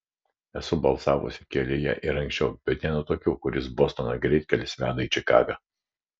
esu balsavusi kelyje ir anksčiau bet nenutuokiu kuris bostono greitkelis veda į čikagą